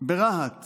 ברהט